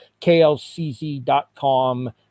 klcz.com